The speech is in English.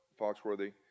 Foxworthy